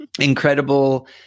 incredible